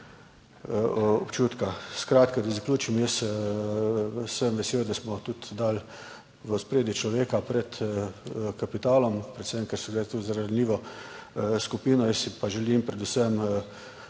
občutka. Skratka, da zaključim, jaz sem vesel, da smo tudi dali v ospredje človeka pred kapitalom, predvsem ker gre tu za ranljivo skupino. Jaz si pa želim predvsem